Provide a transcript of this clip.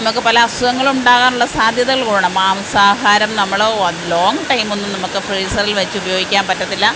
നമുക്ക് പല അസുഖങ്ങള് ഉണ്ടാകാനുള്ള സാധ്യതകള് കൂടണം മാംസാഹാരം നമ്മള് ലോങ്ങ് ടൈമൊന്നും നമുക്ക് ഫ്രീസറിൽ വച്ച് ഉപയോഗിക്കാൻ പറ്റത്തില്ല